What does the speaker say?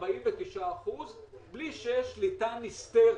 אין שליטה נסתרת.